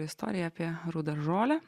istorija apie rudą žolę